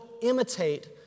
imitate